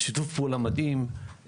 שיתוף פעולה מדהים,